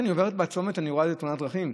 עוברת בצומת אני רואה איזו תאונת דרכים.